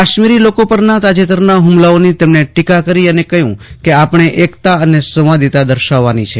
કાશ્મીરી લોકો પરના તાજેતરના હુમલાઓની તેમણે ટીકા કરી અને કહ્યું કે આપણે એકતા અને સંવાદિતા દર્શાવવાની છે